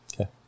Okay